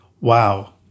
Wow